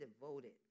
devoted